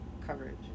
coverage